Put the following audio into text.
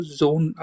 zone